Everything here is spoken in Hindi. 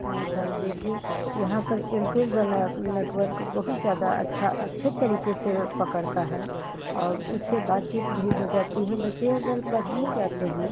हाँ सर देखिए यहाँ पर एयरटेल वाला नेटवर्क बहुत ज़्यादा अच्छा अच्छे तरीके से पकड़ता है और उससे बातचीत भी हो जाती है बच्चे अगर पढ़ने जाते हैं